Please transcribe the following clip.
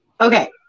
Okay